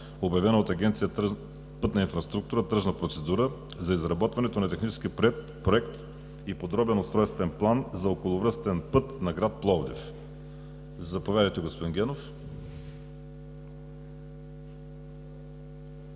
„Пътна инфраструктура“ тръжна процедура за изработването на Технически проект и подробен устройствен план за околовръстен път на град Пловдив. Заповядайте господин Генов.